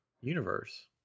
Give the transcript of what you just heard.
universe